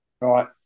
Right